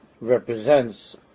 represents